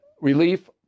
relief